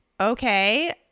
Okay